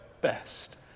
best